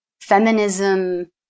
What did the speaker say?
feminism